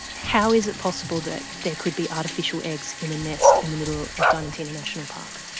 how is it possible that there could be artificial eggs in a nest in the middle of diamantina national park?